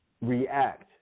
react